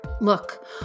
Look